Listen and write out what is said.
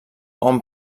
hom